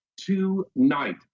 tonight